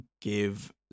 give